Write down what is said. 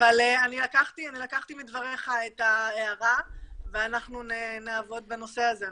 אבל אני לקחתי מדבריך את ההערה ואנחנו נעבוד על הנושא הזה,